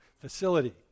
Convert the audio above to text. facility